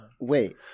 Wait